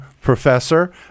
Professor